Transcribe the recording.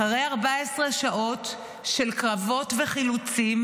אחרי 14 שעות של קרבות וחילוצים,